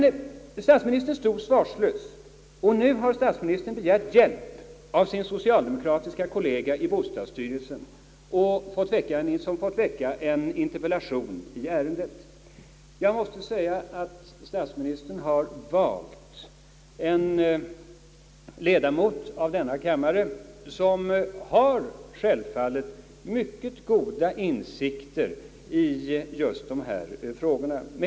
Statsministern stod, som sagt, svarslös, och nu har han begärt hjälp av sin socialdemokratiske kollega i bostadsstyrelsen, som väckt en interpellation i ärendet. Jag måste säga att statsministern har valt en ledamot av denna kammare som självfallet har mycket goda insikter i just dessa frågor.